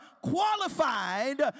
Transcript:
qualified